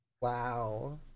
Wow